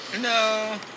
No